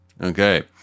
okay